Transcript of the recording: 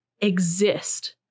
exist